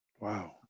Wow